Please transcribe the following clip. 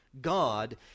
God